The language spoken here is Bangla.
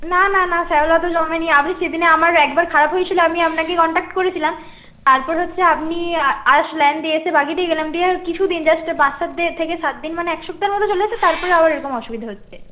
না না না শ্যাওলা তো জমে নি আপনি সেদিনে আমার একবার খারাপ হয়েছিলো আমি আপনাকেই কন্ট্যাক্ট করেছিলাম তারপর হচ্ছে আপনি আসলেন দিয়ে এসে বাগিয়ে দিয়ে গেলেন দিয়ে কিছু দিন জাস্ট পাঁচ সাত থেকে সাত দিন মানে এক সপ্তাহের মতো চলেছে তারপরে আবার এরকম অসুবিধা হচ্ছে